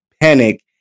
panic